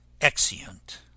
Exeunt